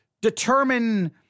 determine